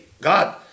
God